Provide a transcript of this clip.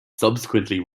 subsequently